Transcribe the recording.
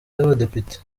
y’abadepite